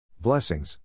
Blessings